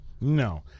No